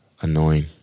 Annoying